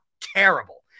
terrible